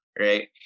right